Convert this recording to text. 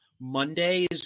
Mondays